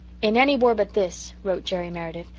in any war but this, wrote jerry meredith,